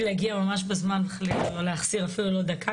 להגיע ממש בזמן ולא להחסיר אפילו לא דקה,